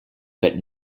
but